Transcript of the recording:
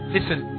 Listen